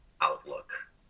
outlook